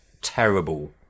terrible